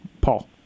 Paul